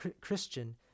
Christian